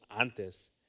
antes